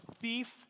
thief